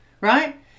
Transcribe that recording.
right